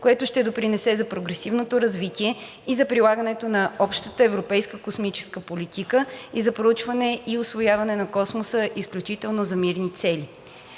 което ще допринесе за прогресивното развитие и за прилагането на общата европейска космическа политика и за проучване и усвояване на Космоса изключително за мирни цели.